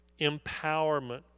empowerment